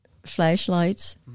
flashlights